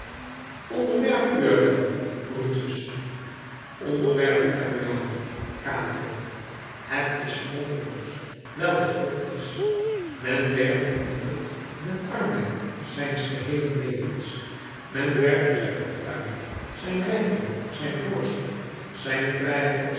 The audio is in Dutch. onderwerp er u aan brutus onderwerp er u aan cato het is grondeloos wijl het god is men werpt in dien put den arbeid zijns geheelen levens men werpt er zijn fortuin zijn rijkdom zijn voorspoed zijn vrijheid of